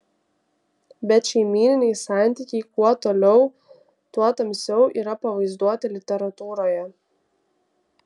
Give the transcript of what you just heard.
bet šeimyniniai santykiai kuo toliau tuo tamsiau yra pavaizduoti literatūroje